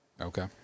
okay